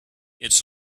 its